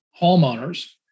homeowners